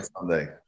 Sunday